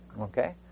Okay